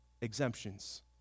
exemptions